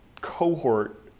cohort